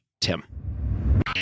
Tim